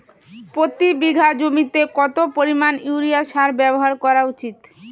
প্রতি বিঘা জমিতে কত পরিমাণ ইউরিয়া সার ব্যবহার করা উচিৎ?